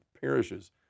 parishes